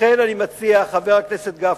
לכן אני מציע, חבר הכנסת גפני,